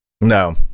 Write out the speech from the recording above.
No